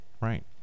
right